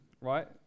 right